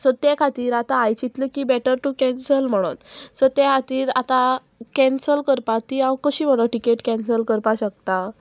so ते खातीर आतां आयज चितलें की बेटर टू कॅन्सल म्हणून सो ते खातीर आतां कॅन्सल करपा ती हांव कशी म्हणून तिकेट कॅन्सल करपाक शकता